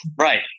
Right